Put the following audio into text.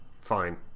fine